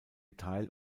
teil